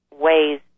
ways